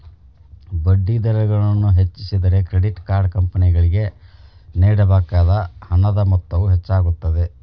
ಬಡ್ಡಿದರಗಳನ್ನು ಹೆಚ್ಚಿಸಿದರೆ, credit card ಕಂಪನಿಗಳಿಗೆ ನೇಡಬೇಕಾದ ಹಣದ ಮೊತ್ತವು ಹೆಚ್ಚಾಗುತ್ತದೆ